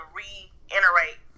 reiterate